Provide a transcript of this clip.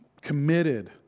committed